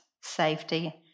safety